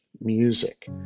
music